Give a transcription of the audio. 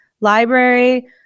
library